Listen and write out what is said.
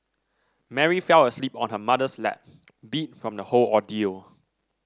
Mary fell asleep on her mother's lap beat from the whole ordeal